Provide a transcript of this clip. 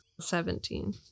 Seventeen